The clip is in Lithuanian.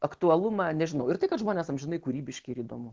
aktualumą nežinau ir tai kad žmonės amžinai kūrybiški ir įdomu